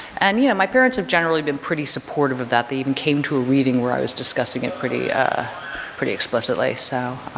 and you know, my parents have generally been pretty supportive of that. they even came to a reading where i was discussing it pretty, ah pretty explicitly, so